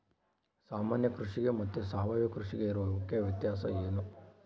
ಸಾಮಾನ್ಯ ಕೃಷಿಗೆ ಮತ್ತೆ ಸಾವಯವ ಕೃಷಿಗೆ ಇರುವ ಮುಖ್ಯ ವ್ಯತ್ಯಾಸ ಏನು?